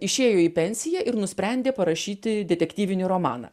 išėjo į pensiją ir nusprendė parašyti detektyvinį romaną